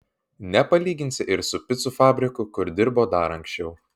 nepalyginsi ir su picų fabriku kur dirbo dar anksčiau